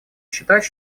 считать